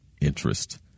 interest